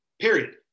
Period